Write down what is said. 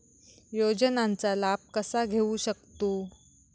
योजनांचा लाभ कसा घेऊ शकतू?